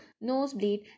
nosebleed